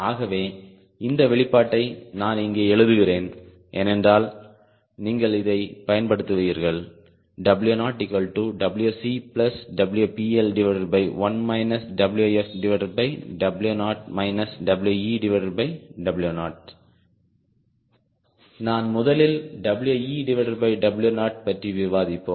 ஆகவே இந்த வெளிப்பாட்டை நான் இங்கே எழுதுகிறேன் ஏனென்றால் நீங்கள் இதைப் பயன்படுத்துவீர்கள் W0WCWPL1 நாம் முதலில் WeW0 பற்றி விவாதிப்போம்